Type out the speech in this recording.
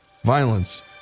Violence